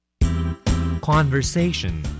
Conversation